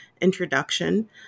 introduction